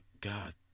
god